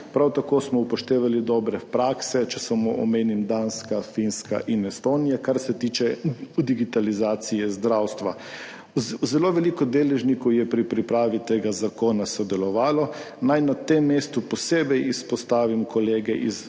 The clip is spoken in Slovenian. Prav tako smo upoštevali dobre prakse, če samo omenim Danska, Finska in Estonija, kar se tiče digitalizacije zdravstva. Zelo veliko deležnikov je pri pripravi tega zakona sodelovalo. Naj na tem mestu posebej izpostavim kolege iz